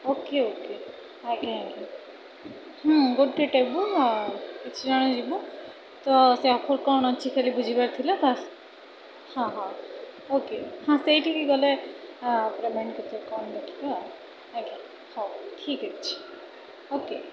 okay okay ଆଜ୍ଞା ଆଜ୍ଞା ହୁଁ ଗୋଟେ ଟେବୁଲ୍ କିଛିଜଣ ଯିବୁ ତ ସେ ଅଫର୍ କଣ ଅଛି ବୁଝିବାର ଥିଲା ବାସ୍ ହଁ ହଁ ଓକେ ହଁ ସେଇଠି କି ଗଲେ ପେମେଣ୍ଟ୍ କେତେ କଣ ଦେଖିବା ଆଜ୍ଞା ହଉ ଠିକ୍ ଅଛି ଓକେ